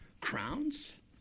crowns